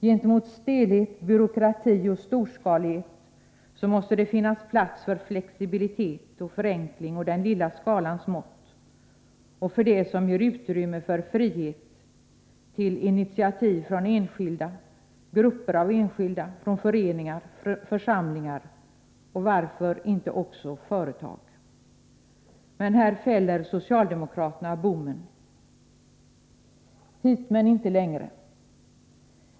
Gentemot stelhet, byråkrati och storskalighet måste det finnas plats för flexibilitet, förenkling och den lilla skalans mått samt för det som ger utrymme för frihet till initiativ från enskilda, grupper av enskilda, föreningar, församlingar och varför inte också företag? Men här fäller socialdemokraterna bommen: Hit men inte längre!